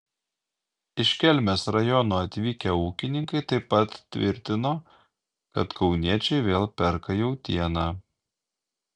iš kelmės rajono atvykę ūkininkai taip pat tvirtino kad kauniečiai vėl perka jautieną